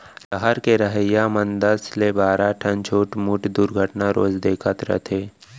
सहर के रहइया मन दस ले बारा ठन छुटमुट दुरघटना रोज देखत रथें